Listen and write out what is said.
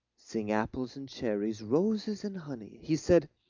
sing apples and cherries, roses and honey he said,